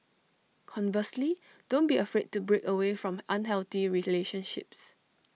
conversely don't be afraid to break away from unhealthy relationships